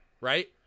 right